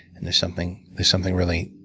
and there's something there's something really,